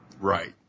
Right